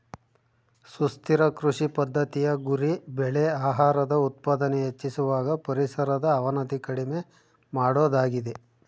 ಸುಸ್ಥಿರ ಕೃಷಿ ಪದ್ದತಿಯ ಗುರಿ ಬೆಳೆ ಆಹಾರದ ಉತ್ಪಾದನೆ ಹೆಚ್ಚಿಸುವಾಗ ಪರಿಸರದ ಅವನತಿ ಕಡಿಮೆ ಮಾಡೋದಾಗಿದೆ